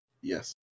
Yes